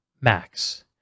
Max